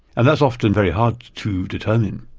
and that's often very hard to determine,